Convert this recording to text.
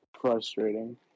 frustrating